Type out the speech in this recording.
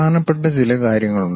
പ്രധാനപ്പെട്ട ചില കാര്യങ്ങളുണ്ട്